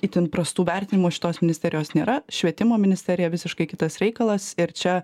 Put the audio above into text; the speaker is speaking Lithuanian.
itin prastų vertinimų šitos ministerijos nėra švietimo ministerija visiškai kitas reikalas ir čia